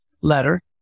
letter